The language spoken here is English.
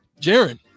jaron